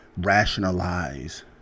rationalize